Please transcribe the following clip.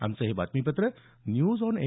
आमचं हे बातमीपत्र न्यूज ऑन ए